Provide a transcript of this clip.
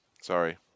Sorry